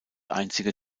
einzige